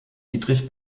dietrich